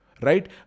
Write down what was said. right